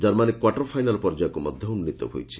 Germany quarter final ପର୍ଯ୍ୟାୟକୁ ମଧ୍ଧ ଉନ୍ନୀତ ହୋଇଛି